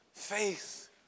faith